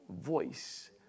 voice